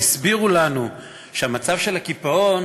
והסבירו לנו שהמצב של הקיפאון